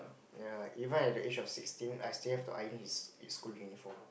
ya even at the age of sixteen I still have to iron his his school uniform